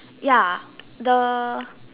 ya the